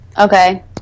Okay